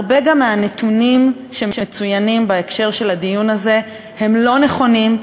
הרבה מהנתונים שמצוינים בהקשר של הדיון הזה הם לא נכונים,